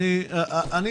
האוצר ברחוב קפלן.